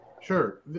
Sure